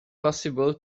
possible